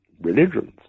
religions